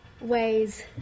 ways